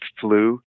flu